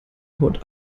haut